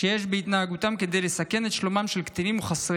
שיש בהתנהגותם כדי לסכן את שלומם של קטינים או חסרי